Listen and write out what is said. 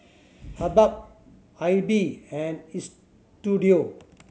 Habhal Aibi and Istudio